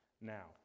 now